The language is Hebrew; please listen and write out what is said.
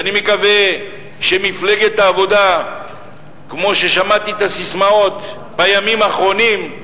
ואני מקווה שמפלגת העבודה כמו ששמעתי את הססמאות בימים האחרונים,